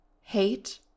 hate